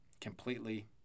Completely